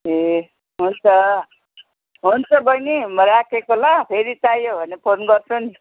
ए हुन्छ हुन्छ बहिनी म राखेको ल फेरि चाहियो भने फोन गर्छु नि